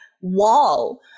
wall